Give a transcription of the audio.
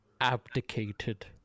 Abdicated